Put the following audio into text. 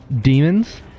Demons